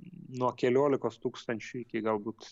nuo keliolikos tūkstančių iki galbūt